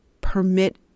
permit